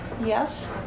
Yes